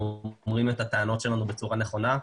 מעלים את הטענות שלנו בצורה נכונה.